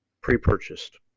pre-purchased